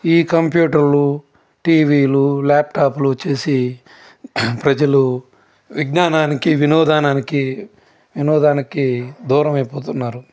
ఈ కంప్యూటర్లు టీవీలు ల్యాప్టాప్లు వచ్చేసి ప్రజలు విజ్ఞానానికి వినోదానానికి వినోదానికి దూరమైపోతున్నారు